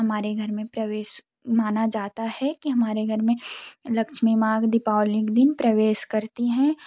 हमारे घर में प्रवेश माना जाता है कि हमारे घर में लक्ष्मी माँ दीपावली के दिन प्रवेश करती हैं